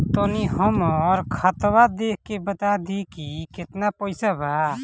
तनी हमर खतबा देख के बता दी की केतना पैसा बा?